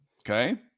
Okay